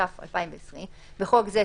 התש"ף 2020‏ (בחוק זה,